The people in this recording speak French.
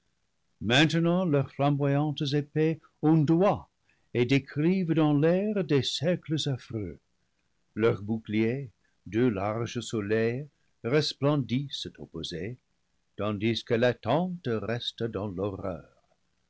maintenant leurs flamboyantes épées ondoient et décrivent dans l'air des cercles affreux leurs boucliers deux larges soleils resplendissent opposés tandis que l'attente reste dans l'horreur